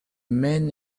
man